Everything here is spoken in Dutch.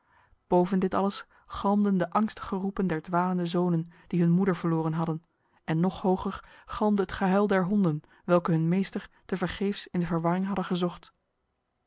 boven dit alles galmden de angstige roepen der dwalende zonen die hun moeder verloren hadden en nog hoger galmde het gehuil der honden welke hun meester tevergeefs in de verwarring hadden gezocht